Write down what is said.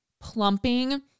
plumping